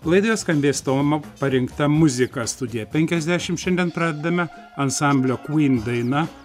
laidoje skambės tomo parinkta muzika studija penkiasdešim šiandien pradedame ansamblio queen daina